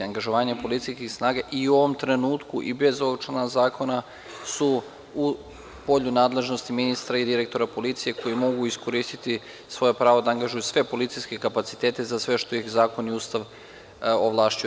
Angažovanje policijskih snaga i u ovom trenutku i bez ovog člana zakona su u polju nadležnosti ministra i direktora policije koji mogu iskoristiti svoje pravo da angažuju sve policijske kapacitete za sve što ih zakon i Ustav ovlašćuju.